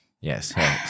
Yes